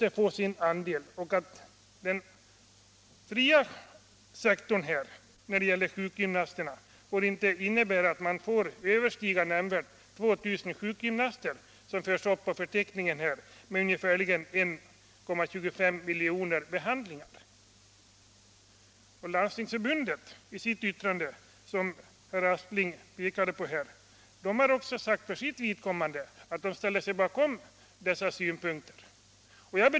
Det råder också enighet om att den fria sektorn, enligt den förteckning som görs upp, inte nämnvärt får överstiga 2 000 sjukgymnaster med ungefär 1,25 miljoner behandlingar. Landstingsförbundet har också i sitt yttrande, som herr Aspling pekade på här, ställt sig bakom dessa synpunkter.